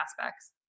aspects